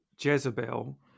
Jezebel